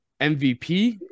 MVP